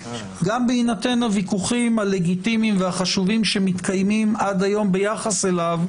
גם בהינתן הוויכוחים הלגיטימיים והחשובים שמתקיימים עד היום ביחס אליו,